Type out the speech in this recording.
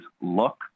look